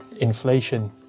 inflation